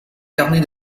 carnet